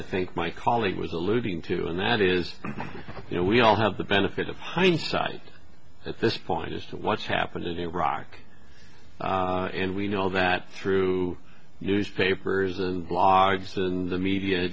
i think my colleague was alluding to and that is you know we all have the benefit of hindsight at this point as to what's happened in iraq and we know that through newspapers and blogs and the media